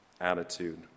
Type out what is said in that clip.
attitude